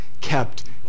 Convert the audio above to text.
kept